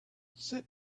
sit